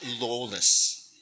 Lawless